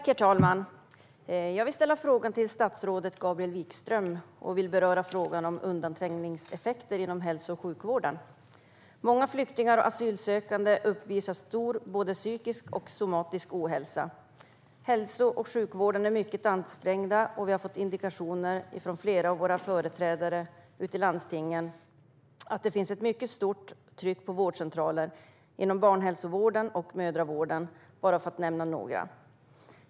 Herr talman! Jag vill ställa min fråga till statsrådet Gabriel Wikström. Jag vill beröra frågan om undanträngningseffekter inom hälso och sjukvården. Många flyktingar och asylsökande uppvisar stor ohälsa, både psykisk och somatisk. Hälso och sjukvården är mycket ansträngd, och vi har fått indikationer från flera av våra företrädare i landstingen att det finns ett mycket stort tryck på vårdcentraler, inom barnhälsovården och inom mödravården, för att bara nämna några.